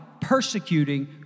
persecuting